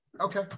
Okay